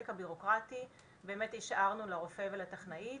הבירוקרטי באמת השארנו לרופא ולטכנאית,